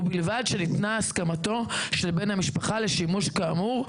ובלבד שניתנה הסכמתו של בן המשפחה לשימוש כאמור,